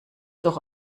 doch